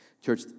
Church